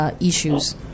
issues